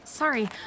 Sorry